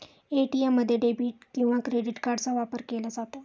ATM मध्ये debit किंवा credit कार्डचा वापर केला जातो